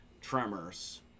Tremors